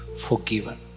forgiven